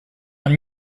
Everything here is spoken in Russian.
нам